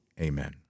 amen